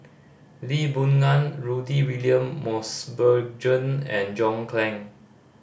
Lee Boon Ngan Rudy William Mosbergen and John Clang